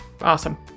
awesome